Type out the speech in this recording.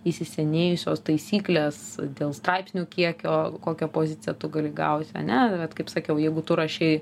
įsisenėjusios taisyklės dėl straipsnių kiekio kokią poziciją tu gali gauti ane vat kaip sakiau jeigu tu rašei